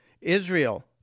israel